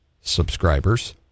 subscribers